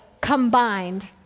combined